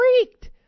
freaked